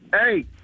Hey